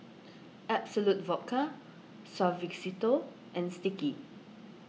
Absolut Vodka Suavecito and Sticky